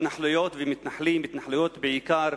התנחלויות ומתנחלים, התנחלויות בעיקר,